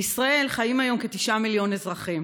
בישראל חיים היום כ-9 מיליון אזרחים,